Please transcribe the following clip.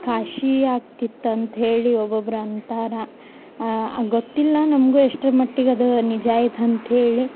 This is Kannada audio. ಕಾಶಿ ಆಗ್ತಿತ್ತು ಅಂತ್ಹೇಳಿ ಒಬ್ಬೊಬ್ರು ಅಂತಾರೆ ಗೊತ್ತಿಲ್ಲ ನಮಗೂ ಎಷ್ಟ್ರ ಮಟ್ಟಿಗ ಅದು ನಿಜ ಐತ ಅಂತೇಳಿ